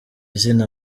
zina